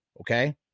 Okay